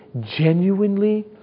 genuinely